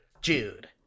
Jude